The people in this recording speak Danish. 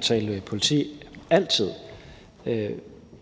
Tredje næstformand